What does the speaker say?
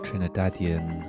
Trinidadian